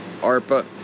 ARPA